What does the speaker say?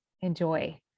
enjoy